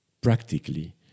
practically